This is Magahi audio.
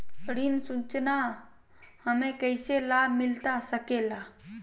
ऋण सूचना हमें कैसे लाभ मिलता सके ला?